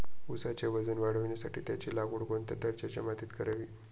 ऊसाचे वजन वाढवण्यासाठी त्याची लागवड कोणत्या दर्जाच्या मातीत करावी?